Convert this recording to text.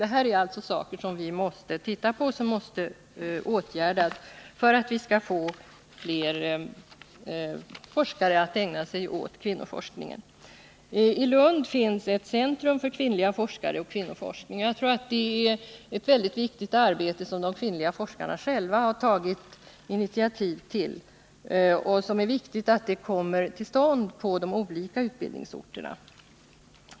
Detta är saker som vi måste se på och som måste åtgärdas för att vi skall kunna få flera forskare som ägnar sig åt kvinnoforskning. I Lund finns ett centrum för kvinnliga forskare och kvinnoforskning. Det är ett viktigt initiativ som de kvinnliga forskarna har tagit. Det är angeläget att sådana centra kommer till stånd på flera utbildningsorter.